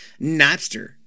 Napster